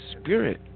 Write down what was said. spirit